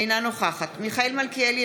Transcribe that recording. אינה נוכחת מיכאל מלכיאלי,